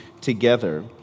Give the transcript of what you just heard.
together